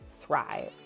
thrive